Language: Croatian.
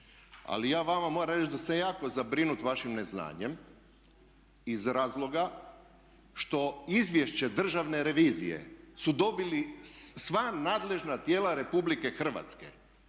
Ali ja vama moram reći da sam jako zabrinut vašim neznanjem iz razloga što Izvješće Državne revizije su dobila sva nadležna tijela Republike Hrvatske